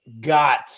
got